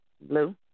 Blue